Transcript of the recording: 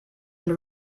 and